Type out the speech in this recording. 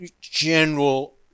general